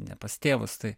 ne pas tėvus tai